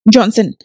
Johnson